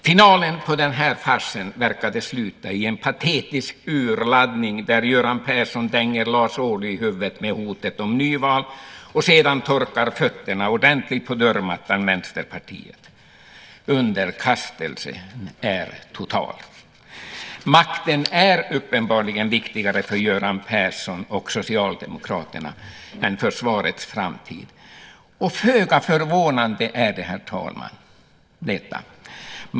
Finalen på den här farsen verkar ha varit en patetisk urladdning där Göran Persson dänger Lars Ohly i huvudet med hotet om nyval och sedan torkar fötterna ordentligt på dörrmattan Vänsterpartiet. Underkastelsen är total. Makten är uppenbarligen viktigare för Göran Persson och Socialdemokraterna än försvarets framtid. Och detta är föga förvånande, herr talman.